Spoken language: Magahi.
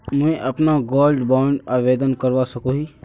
मुई अपना गोल्ड बॉन्ड आवेदन करवा सकोहो ही?